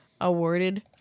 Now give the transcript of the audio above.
awarded